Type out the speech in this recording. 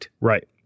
Right